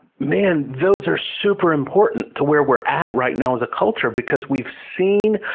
man, those are super important to where we're at right now as a culture because we've seen,